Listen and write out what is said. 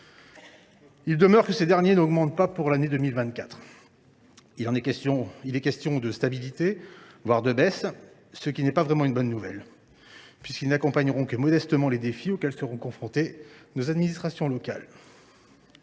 pas moins que ceux ci n’augmentent pas pour l’année 2024. Il est question de stabilité, voire de baisse, ce qui n’est pas vraiment une bonne nouvelle. Ces crédits n’accompagneront que modestement les défis auxquels seront confrontées nos administrations locales.